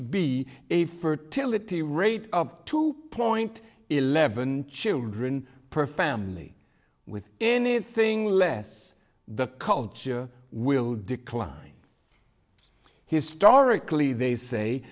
be a fertility rate of two point eleven children per family with anything less the culture will decline historically they say